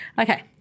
Okay